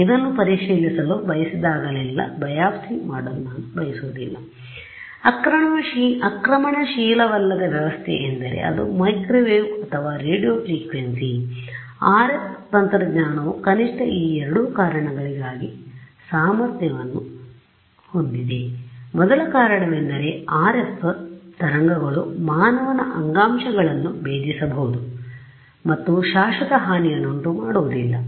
ಇದನ್ನು ಪರಿಶೀಲಿಸಲು ಬಯಸಿದಾಗಲೆಲ್ಲಾ ಬಯಾಪ್ಸಿ ಮಾಡಲು ನಾನು ಬಯಸುವುದಿಲ್ಲ ಆದ್ದರಿಂದ ಆಕ್ರಮಣಶೀಲವಲ್ಲದ ವ್ಯವಸ್ಥೆ ಎಂದರೆ ಅದು ಮೈಕ್ರೊವೇವ್ ಅಥವಾ ರೇಡಿಯೊ ಫ್ರೀಕ್ವೆನ್ಸಿ RF ತಂತ್ರಜ್ಞಾನವು ಕನಿಷ್ಠ ಈ ಎರಡು ಕಾರಣಗಳಿಗಾಗಿ ಸಾಮರ್ಥ್ಯವನ್ನು ಹೊಂದಿದೆ ಮೊದಲ ಕಾರಣವೆಂದರೆ RF ತರಂಗಗಳು ಮಾನವನ ಅಂಗಾಂಶಗಳನ್ನು ಭೇದಿಸಬಹುದು ಮತ್ತು ಶಾಶ್ವತ ಹಾನಿಯನ್ನುಂಟುಮಾಡುವುದಿಲ್ಲ